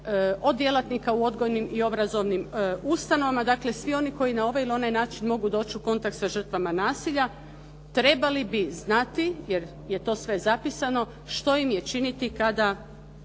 od djelatnika u odgojnim i obrazovnim ustanovama, dakle, svi oni koji na ovaj ili onaj način mogu doći u kontakt sa žrtvama nasilja trebali bi znati jer je to sve zapisano što im je činiti kada